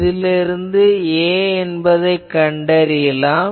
இதிலிருந்து A என்பதைக் கண்டறியலாம்